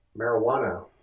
marijuana